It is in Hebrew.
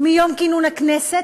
מיום כינון הכנסת,